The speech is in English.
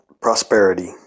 prosperity